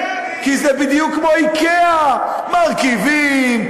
כי זה בדיוק כמו "איקאה": מרכיבים,